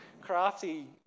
crafty